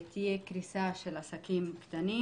תהיה קריסה של עסקים קטנים